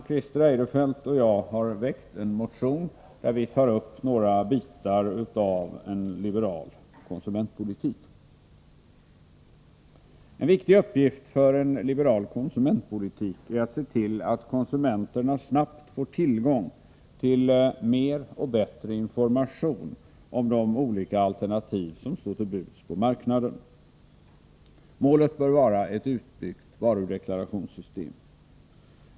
Christer Eirefelt och jag har väckt en motion där vi tar upp några bitar av en liberal konsumentpolitik. En viktig uppgift för en liberal konsumentpolitik är att se till att konsumenterna snabbt får tillgång till mer och bättre information om de olika alternativ som står till buds på marknaden. Målet bör vara ett utbyggt varudeklarationssystem.